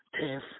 Tiff